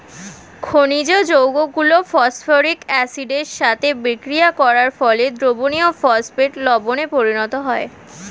খনিজ যৌগগুলো ফসফরিক অ্যাসিডের সাথে বিক্রিয়া করার ফলে দ্রবণীয় ফসফেট লবণে পরিণত হয়